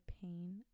pain